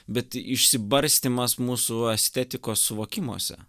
bet išsibarstymas mūsų estetikos suvokimuose